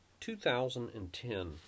2010